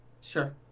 sure